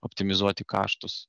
optimizuoti kaštus